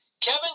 Kevin